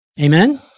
Amen